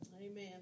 Amen